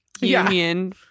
Union